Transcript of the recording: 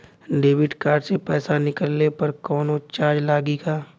Debit card से पैसा निकलले पर कौनो चार्ज लागि का?